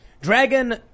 Dragon